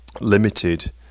limited